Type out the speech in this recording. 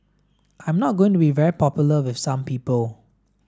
I am not going to be very popular with some people